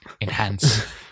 Enhance